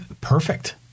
Perfect